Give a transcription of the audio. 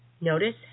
Notice